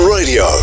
Radio